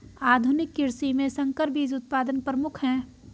आधुनिक कृषि में संकर बीज उत्पादन प्रमुख है